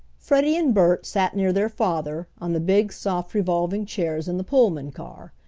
freddie and bert sat near their father on the big soft revolving chairs in the pullman car,